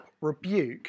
rebuke